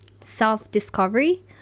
self-discovery